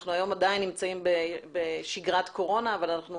אנחנו היום עדיין נמצאים בשגרת קורונה, אבל אנחנו